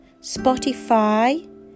Spotify